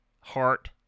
heart